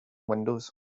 windows